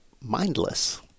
mindless